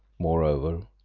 moreover,